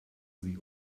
sie